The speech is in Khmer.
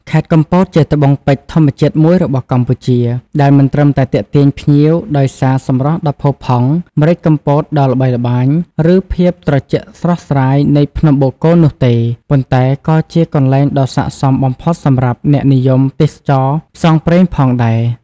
ខេត្តកំពតជាត្បូងពេជ្រធម្មជាតិមួយរបស់កម្ពុជា ដែលមិនត្រឹមតែទាក់ទាញភ្ញៀវដោយសារសម្រស់ដ៏ផូរផង់ ម្រេចកំពតដ៏ល្បីល្បាញ ឬភាពត្រជាក់ស្រស់ស្រាយនៃភ្នំបូកគោនោះទេ ប៉ុន្តែក៏ជាកន្លែងដ៏ស័ក្ដិសមបំផុតសម្រាប់អ្នកនិយមទេសចរណ៍ផ្សងព្រេងផងដែរ។